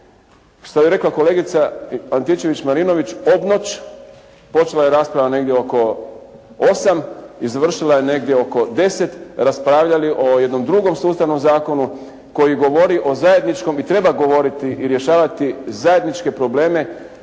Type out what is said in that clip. što bi rekla kolegica Antičević-Marinović obnoć počela je rasprava negdje oko 8 i završila je negdje oko 10, raspravljali o jednom drugom sustavnom zakonu koji govori o zajedničkom i treba govoriti i rješavati zajedničke probleme